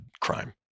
crime